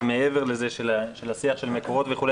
מעבר לשיח של המקורות וכו',